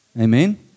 Amen